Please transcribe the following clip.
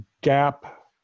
gap